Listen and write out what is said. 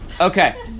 Okay